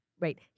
right